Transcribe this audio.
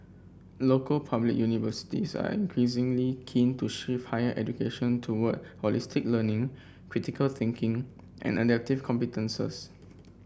local public universities are increasingly keen to shift higher education toward holistic learning critical thinking and adaptive competences